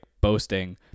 boasting